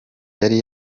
yari